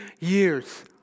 years